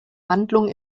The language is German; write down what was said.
handlung